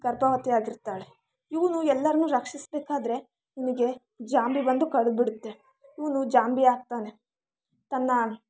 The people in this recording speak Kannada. ಗರ್ಭವತಿ ಆಗಿರ್ತಾಳೆ ಇವನು ಎಲ್ಲರ್ನೂ ರಕ್ಷಿಸಬೇಕಾದ್ರೆ ಇವನಿಗೆ ಜಾಂಬಿ ಬಂದು ಕಡಿದ್ಬಿಡುತ್ತೆ ಇವನು ಜಾಂಬಿ ಆಗ್ತಾನೆ ತನ್ನ